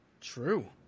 true